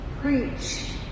preach